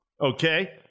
Okay